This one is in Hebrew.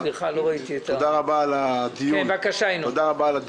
תודה רבה על הדיון שיזמת,